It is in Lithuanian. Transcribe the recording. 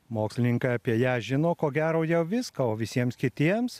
mokslininkai apie ją žino ko gero jau viską o visiems kitiems